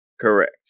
Correct